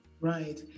Right